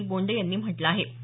अनिल बोंडे यांनी म्हटलं आहे